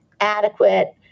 adequate